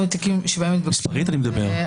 מספרית אני מדבר.